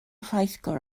rheithgor